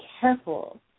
careful